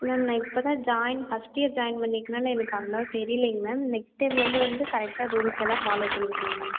ma'am நான் இப்போ தான் ஜாயின் ஃபஸ்ட் இயர் ஜாயின் பண்ணியிருக்கனால எனக்கு அவ்வளவா தெரிலைங்க மேம் நெக்ஸ்ட் டைம்லேருந்து வந்து கரெக்டாக ரூல்ஸெல்லாம் ஃபாலோவ் பண்ணிக்கிறேங்க மேம்